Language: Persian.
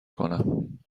کنم